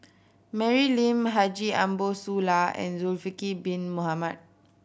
Mary Lim Haji Ambo Sooloh and Zulkifli Bin Mohamed